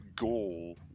goal